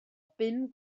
bum